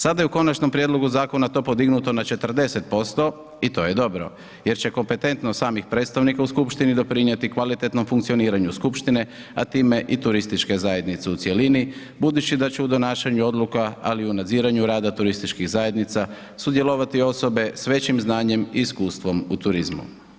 Sada je u konačnom prijedlogu zakona to podignuto na 40% i to je dobro jer će kompetentnost samih predstavnika u skupštini doprinijeti kvalitetnom funkcioniranju skupštine a time i turističke zajednice u cjelini budući da će u donošenju odluka ali u nadziranju rada turističkih zajednica sudjelovati osobe s većim znanjem i iskustvom u turizmu.